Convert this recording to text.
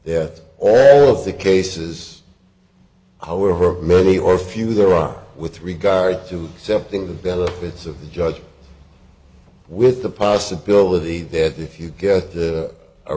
that all of the cases however many or few there are with regard to accepting the benefits of the judge with the possibility that if you get